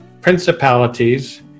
principalities